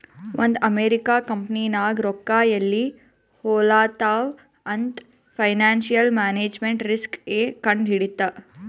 ಒಂದ್ ಅಮೆರಿಕಾ ಕಂಪನಿನಾಗ್ ರೊಕ್ಕಾ ಎಲ್ಲಿ ಹೊಲಾತ್ತಾವ್ ಅಂತ್ ಫೈನಾನ್ಸಿಯಲ್ ಮ್ಯಾನೇಜ್ಮೆಂಟ್ ರಿಸ್ಕ್ ಎ ಕಂಡ್ ಹಿಡಿತ್ತು